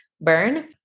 burn